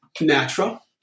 Natural